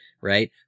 Right